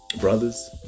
Brothers